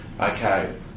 Okay